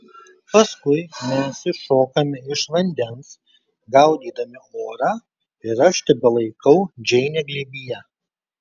paskui mes iššokame iš vandens gaudydami orą ir aš tebelaikau džeinę glėbyje